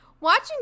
watching